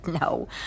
no